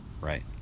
Right